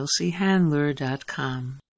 chelseahandler.com